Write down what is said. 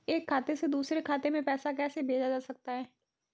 एक खाते से दूसरे खाते में पैसा कैसे भेजा जा सकता है?